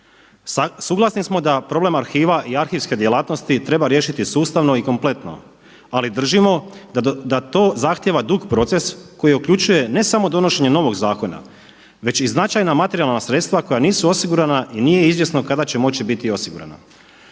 Suglasni smo da problem arhiva i arhivske djelatnosti treba riješiti sustavno i kompletno, ali držimo da to zahtijeva dug proces koji uključuje ne samo donošenje novog zakona već i značajna materijalna sredstva koja nisu osigurana i nije izvjesno kada će moći biti osigurana.